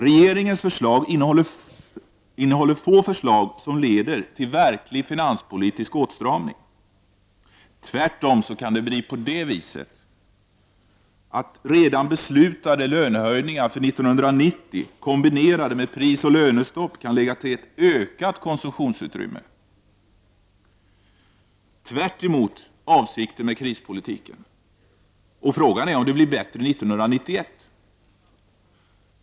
Regeringens förslag innehåller få förslag som leder till en verkligt finanspolitisk åtstramning. Tvärtom kan det bli så, att redan beslutade lönehöjningar för 1990 kombinerade med ett prisoch lönestopp kan leda till ett ökat konsumtionsutrymme, tvärtemot avsikten med krispolitiken. Och frågan är om det blir bättre 1991.